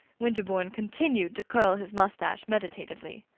winterbourne continued to curl his mustache meditatively.